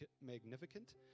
magnificent